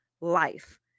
life